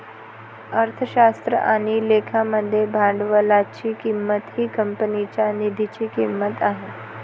अर्थशास्त्र आणि लेखा मध्ये भांडवलाची किंमत ही कंपनीच्या निधीची किंमत आहे